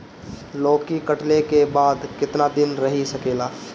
लौकी कटले के बाद केतना दिन रही सकेला?